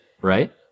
right